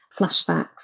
flashbacks